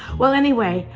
well anyway,